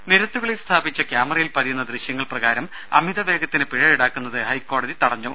രുര നിരത്തുകളിൽ സ്ഥാപിച്ച ക്യാമറയിൽ പതിയുന്ന ദൃശ്യങ്ങൾ പ്രകാരം അമിത വേഗത്തിന് പിഴ ഈടാക്കുന്നത് ഹൈക്കോടതി തടഞ്ഞു